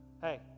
Hey